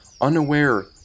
unaware